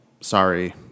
sorry